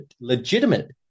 legitimate